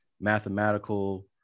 mathematical